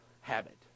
habit